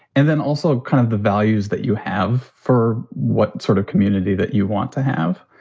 and then also kind of the values that you have for what sort of community that you want to have.